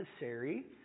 necessary